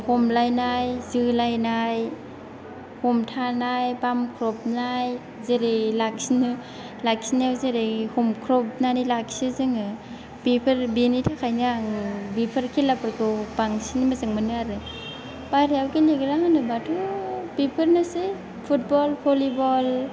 हमलायनाय जोलायनाय हमथानाय बामख्रबनाय जेरै लाखिनो लाखिनायाव जेरै हमख्रबनानै लाखियो जोङो बेफोर बिनि थाखायनो आं बेफोर खेलाफोरखौ बांसिन मोजां मोनो आरो बायह्रायाव गेलेग्रा होनोब्लाथ' बेफोरनोसै फुटबल भलिबल